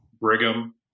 Brigham